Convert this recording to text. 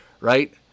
right